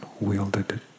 wielded